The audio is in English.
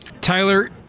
Tyler